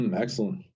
Excellent